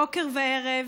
בוקר וערב,